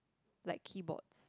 like keyboards